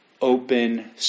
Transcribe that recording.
open